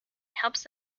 helps